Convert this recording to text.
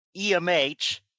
EMH